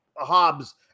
Hobbs